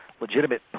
legitimate